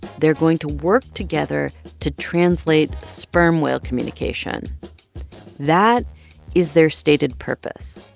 they're going to work together to translate sperm whale communication that is their stated purpose.